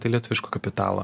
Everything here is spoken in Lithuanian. tai lietuviško kapitalo